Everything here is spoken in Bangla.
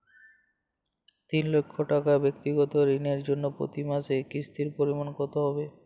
তিন লক্ষ টাকা ব্যাক্তিগত ঋণের জন্য প্রতি মাসে কিস্তির পরিমাণ কত হবে?